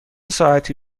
ساعتی